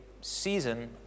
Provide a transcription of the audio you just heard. season